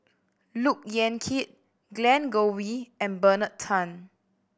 Look Yan Kit Glen Goei and Bernard Tan